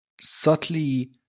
subtly